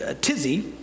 tizzy